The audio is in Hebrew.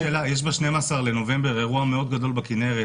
יש ב-12 בנובמבר אירוע מאוד גדול בכנרת,